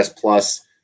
plus